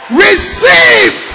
receive